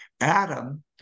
Adam